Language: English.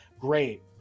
Great